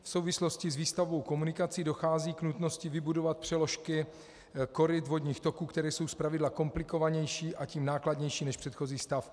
V souvislosti s výstavbou komunikací dochází k nutnosti vybudovat přeložky koryt vodních toků, které jsou zpravidla komplikovanější, a tím nákladnější než předchozí stav.